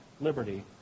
liberty